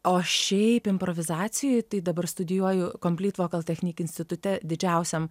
o šiaip improvizacijai tai dabar studijuoju complete vocal technique institute didžiausiam